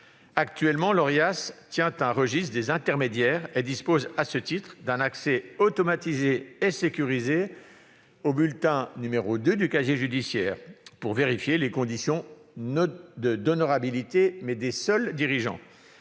Actuellement, l'Orias tient un registre des intermédiaires et dispose à ce titre d'un accès automatisé et sécurisé au bulletin n° 2 du casier judiciaire pour vérifier les conditions d'honorabilité des seuls dirigeants.